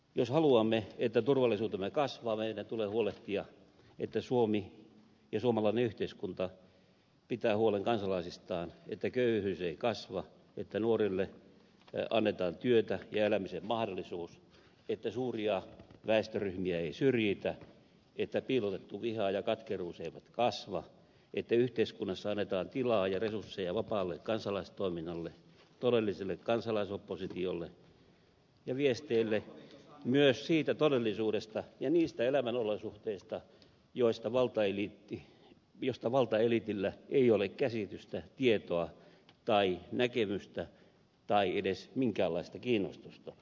jos haluamme että turvallisuutemme kasvaa meidän tulee huolehtia että suomi ja suomalainen yhteiskunta pitää huolen kansalaisistaan että köyhyys ei kasva että nuorille annetaan työtä ja elämisen mahdollisuus että suuria väestöryhmiä ei syrjitä että piilotettu viha ja katkeruus eivät kasva että yhteiskunnassa annetaan tilaa ja resursseja vapaalle kansalaistoiminnalle todelliselle kansalaisoppositiolle ja viesteille myös siitä todellisuudesta ja niistä elämänolosuhteista joista valtaeliitillä ei ole käsitystä tietoa tai näkemystä tai edes minkäänlaista kiinnostusta